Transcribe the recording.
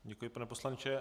Děkuji, pane poslanče.